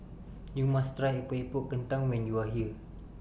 YOU must Try Epok Epok Kentang when YOU Are here